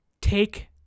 Take